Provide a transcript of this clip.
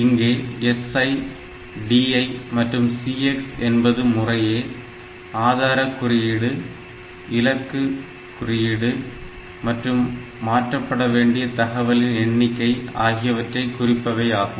இங்கே SI DI மற்றும் CX என்பது முறையே ஆதாரக் குறியீடு இலக்கக் குறியீடு மற்றும் மாற்றப்பட வேண்டிய தகவலின் எண்ணிக்கை ஆகியவற்றை குறிப்பவை ஆகும்